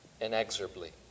inexorably